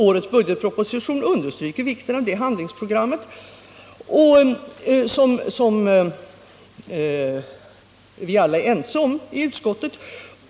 Årets budgetproposition understryker vikten av det handlingsprogrammet, vilket vi alla är ense om i utskottet.